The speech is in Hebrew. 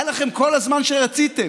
היה לכם כל הזמן שרציתם.